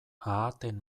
ahateen